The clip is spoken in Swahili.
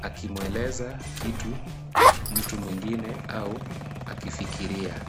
akimweleza kitu mtu mwingine au akifikiria.